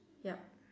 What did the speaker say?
yup